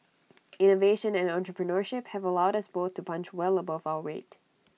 innovation and entrepreneurship have allowed us both to punch well above our weight